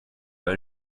pas